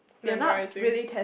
memorising